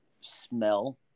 smell